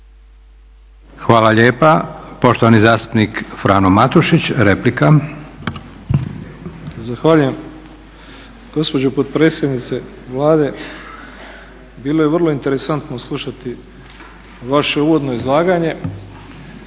Hvala lijepa. Poštovani zastupnik Frano Matušić, replika. **Matušić, Frano (HDZ)** Zahvaljujem. Gospođo potpredsjednice Vlade, bilo je vrlo interesantno slušati vaše uvodno izlaganje,